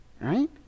Right